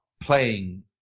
playing